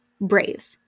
Brave